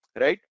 Right